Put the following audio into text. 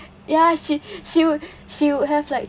ya she she'd she would have like